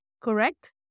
correct